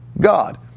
God